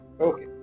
Okay